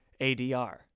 ADR